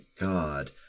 god